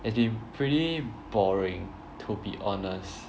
it's been pretty boring to be honest